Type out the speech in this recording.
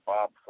Bob